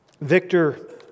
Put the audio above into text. Victor